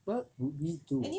what would we do